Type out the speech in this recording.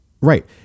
Right